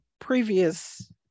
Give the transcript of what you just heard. previous